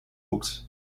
books